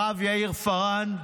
הרב יאיר פארן,